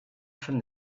from